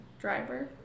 driver